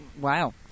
Wow